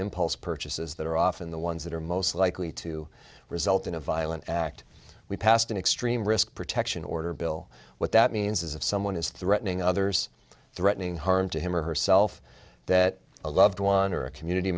impulse purchases that are often the ones that are most likely to result in a violent act we passed an extreme risk protection order bill what that means is if someone is threatening others threatening harm to him or herself that a loved one or a community